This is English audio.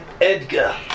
Edgar